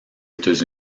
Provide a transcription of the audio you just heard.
états